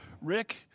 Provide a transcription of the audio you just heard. Rick